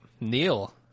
Neil